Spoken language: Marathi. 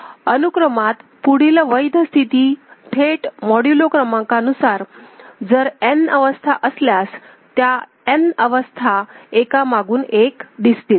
अनुक्रमात पुढील वैध स्थिती थेट मॉड्यूलो क्रमांकानुसार जर n अवस्था असल्यास त्या n अवस्था एकामागून एक दिसतील